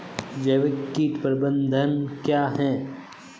जैविक कीट प्रबंधन क्या है?